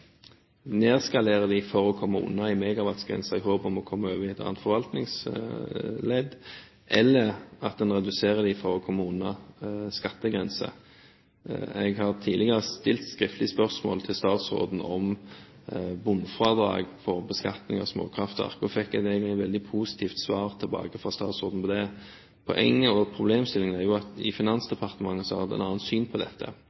i håp om å komme over i et annet forvaltningsledd, eller at en reduserer dem for å komme unna en skattegrense. Jeg har tidligere stilt skriftlig spørsmål til statsråden om bunnfradrag for beskatning av småkraftverk og fikk egentlig et veldig positivt svar på det tilbake fra statsråden. Poenget og problemstillingen er at i Finansdepartementet hadde man et annet syn på dette.